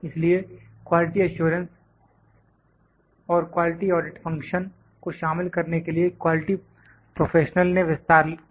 इसलिए quality assurance और quality audit function को शामिल करने के लिए क्वालिटी प्रोफेशनल ने विस्तार किया